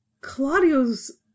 Claudio's